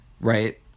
right